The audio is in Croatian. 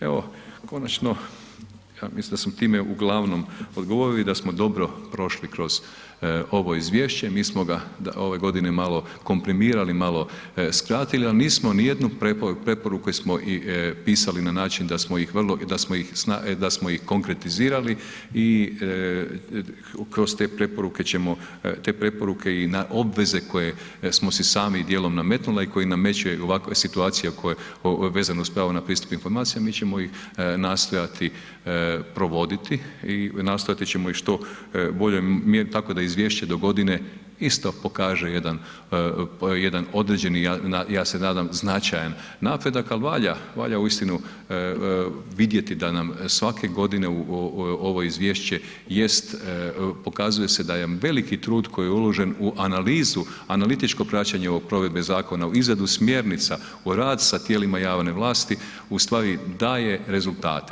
Evo, konačno, mislim da smo time uglavnom odgovorili i da smo dobro prošli kroz ovo izvješće i mi smo ga ove godine malo komprimirali, malo skratili, ali nismo ni jednu preporuku smo i pisali na način da smo ih konkretizirali i kroz te preporuke ćemo, te preporuke i obveze koje smo si sami dijelom nametnuli i koji nameću ovakve situacije koje, vezano uz pravo na pristup informacijama, mi ćemo ih nastojati provoditi i nastojat ćemo ih što u boljoj, tako da izvješće dogodine isto pokaže jedan određeni, ja se nadam, značajan napredak, ali valja, valja uistinu vidjeti da nam svake godine u ovo izvješće jest pokazuje se da je veliki trud koji je uložen u analizu, analitičko praćenje ovog provedbe zakona u izradu smjernica, u rad sa tijelima javne vlasti, u stvari, daje rezultate.